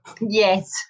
Yes